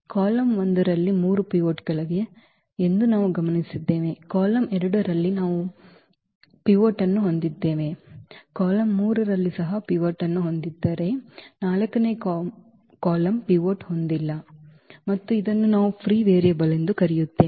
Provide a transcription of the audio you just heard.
column 1 ರಲ್ಲಿ ಈ 3 ಪಿವೋಟ್ಗಳಿವೆ ಎಂದು ನಾವು ಗಮನಿಸಿದ್ದೇವೆ ಕಾಲಮ್ 2 ರಲ್ಲಿ ನಾವು ಪಿವೋಟ್ ಅನ್ನು ಹೊಂದಿದ್ದೇವೆ ಕಾಲಮ್ 3 ಸಹ ಪಿವೋಟ್ ಅನ್ನು ಹೊಂದಿದ್ದರೆ 4 ನೇ ಕಾಲಮ್ ಪಿವೋಟ್ ಹೊಂದಿಲ್ಲ ಮತ್ತು ಇದನ್ನು ನಾವು ಫ್ರೀ ವೇರಿಯಬಲ್ ಎಂದು ಕರೆಯುತ್ತೇವೆ